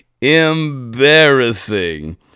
Embarrassing